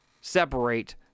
separate